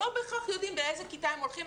לא בהכרח יודעים באיזו כיתה הם הולכים,